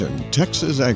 Texas